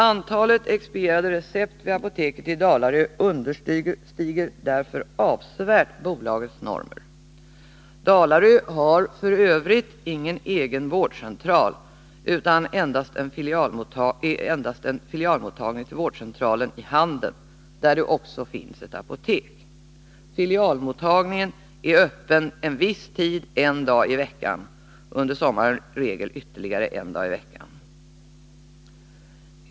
Antalet expedierade recept vid apoteket i Dalarö understiger sålunda avsevärt Apoteksbolagets normer. Dalarö har f. ö. ingen egen vårdcentral utan endast en filialmottagning till vårdcentralen i Handen, där ett apotek också finns. Filialmottagningen är Öppen en viss tid en dag i veckan och under sommaren i regel ytterligare en dag i veckan.